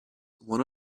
one